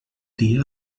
dia